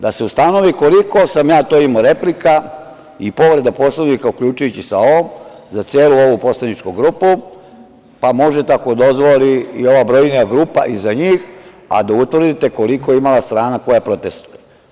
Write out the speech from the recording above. Da se ustanovi koliko sam ja to imao replika i povreda Poslovnika uključujući i ovu za celu ovu poslaničku grupu, pa možete ako dozvoli i ova brojnija grupa i za njih, a da utvrdite koliko je imala strana koja protestvuje.